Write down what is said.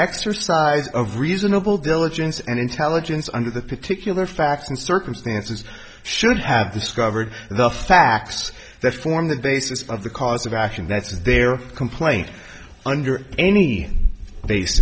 exercise of reasonable diligence and intelligence under the particular facts and circumstances should have discovered the facts that form the basis of the cause of action that's in their complaint under any bas